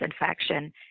infection